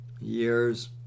years